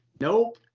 Nope